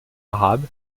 arabe